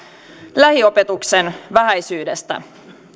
lähiopetuksen vähäisyydestä